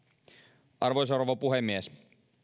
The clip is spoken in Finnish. arvoisa rouva puhemies